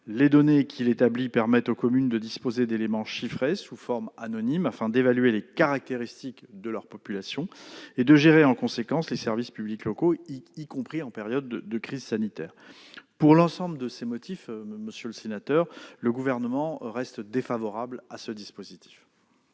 les données qu'il établit permettent aux communes de disposer d'éléments chiffrés sous forme anonyme afin d'évaluer les caractéristiques de leur population et de gérer en conséquence les services publics locaux, y compris en période de crise sanitaire. Pour l'ensemble de ces motifs, monsieur le sénateur, le Gouvernement reste défavorable à ce dispositif.